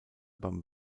beim